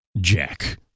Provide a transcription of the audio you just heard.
Jack